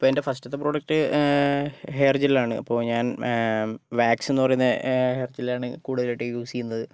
ഇപ്പോൾ എൻ്റെ ഫസ്റ്റത്തെ പ്രോഡക്റ്റ് ഹെയർ ജെല്ലാണ് അപ്പോൾ ഞാൻ വാക്സ് എന്ന് പറയുന്ന ഹെയർ ജെല്ലാണ് കൂടുതലായിട്ടും യൂസ് ചെയ്യുന്നത്